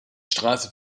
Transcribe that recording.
straße